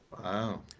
Wow